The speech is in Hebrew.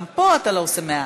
גם פה אתה עושה לא מעט,